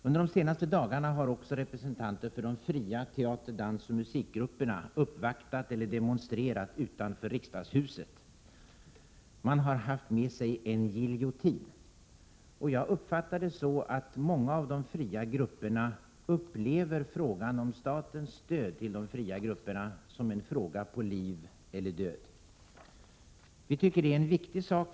Under de senaste dagarna har också representanter för de fria teater-, dansoch musikgrupperna demonstrerat utanför riksdagshuset. De hade med sig en giljotin. Jag fick intrycket att många av de fria grupperna upplever frågan om statens stöd till de fria grupperna som en fråga om liv eller död. Vi tycker detta är en viktig fråga.